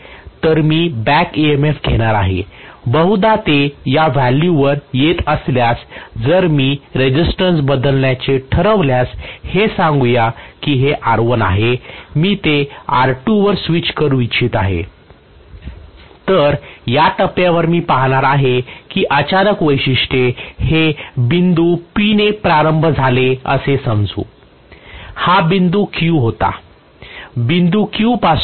तर मी back EMF घेणार आहे बहुधा ते या व्हॅल्यूवर येत असल्यास जर मी रेसिस्टन्स बदलण्याचे ठरवल्यास हे सांगूया की हे R1 आहे मी ते R2 वर स्विच करू इच्छित आहे तर या टप्प्यावर मी पाहणार आहे की अचानक वैशिष्ट्ये हे बिंदू P ने प्रारंभ झाले असे समजू हा बिंदू Q होता बिंदू Q पासून